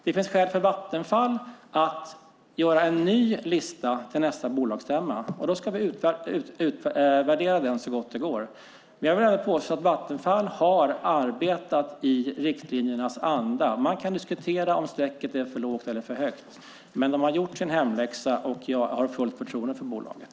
Det finns skäl för Vattenfall att göra en ny lista till nästa bolagsstämma, och då ska vi utvärdera den så gott det går. Jag vill ändå påstå att Vattenfall har arbetat i riktlinjernas anda. Man kan diskutera om strecket är för lågt eller för högt. Men de har gjort sin hemläxa, och jag har fullt förtroende för bolaget.